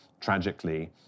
tragically